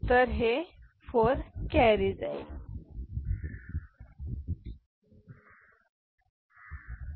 मुळात आपण प्रथम घेतलेली पहिली घटना 1 1 0 1 येथे आपण वजा केल्यास आपल्यास 1 हक्क मिळतो केवळ 1 आणि 2 अग्रगण्य 0 s बरोबर